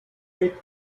pit